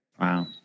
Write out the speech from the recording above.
wow